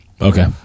Okay